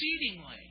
exceedingly